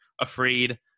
afraid